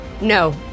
No